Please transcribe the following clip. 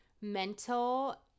mental